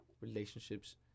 relationships